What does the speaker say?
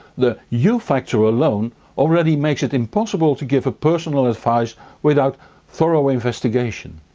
the you factor alone already makes it impossible to give personal advice without thorough investigation.